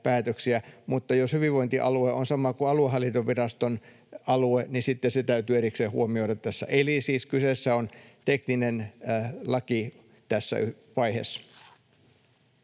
mutta jos hyvinvointialue on sama kuin aluehallintoviraston alue, niin sitten se täytyy erikseen huomioida tässä. Kyseessä on siis tekninen laki tässä vaiheessa.